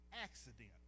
accident